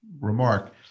remark